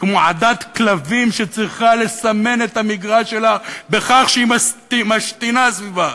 כמו עדת כלבים שצריכה לסמן את המגרש שלה בכך שהיא משתינה סביבה,